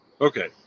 Okay